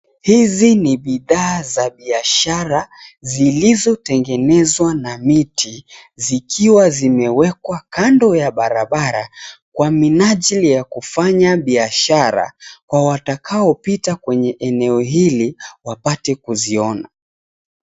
Hizi ni bidhaa za biashara. Zilizotengenezwa na miti. Zikiwa zimewekwa kando ya barabara. Kwa minajili ya kufanya biashara .kwa watakao pita kwenye eneo hili waweze kuziona .